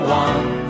one